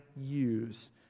use